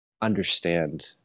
understand